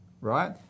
right